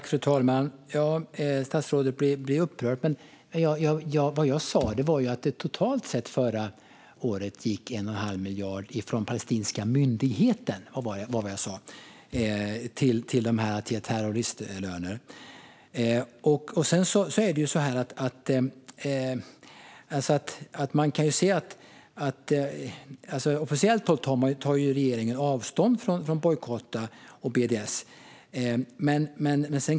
Fru talman! Statsrådet blir upprörd. Men vad jag sa var att det totalt sett förra året gick 1 1⁄2 miljard från den palestinska myndigheten till terroristlöner. Officiellt tar regeringen avstånd från bojkott och BDS.